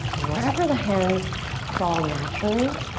wherever the hands fall naturally,